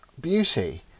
beauty